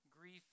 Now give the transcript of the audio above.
grief